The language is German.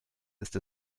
ist